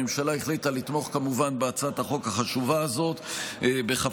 הממשלה החליטה לתמוך כמובן בהצעת החוק החשובה הזאת בכפוף